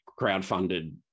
crowdfunded